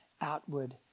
outward